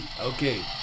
okay